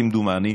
כמדומני,